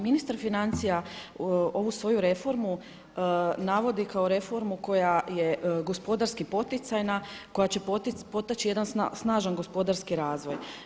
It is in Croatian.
Ministar financija ovu svoju reformu navodi kao reformu koja je gospodarski poticajna, koja će potaći jedan snažan gospodarski razvoj.